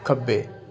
ਖੱਬੇ